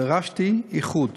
דרשתי איחוד,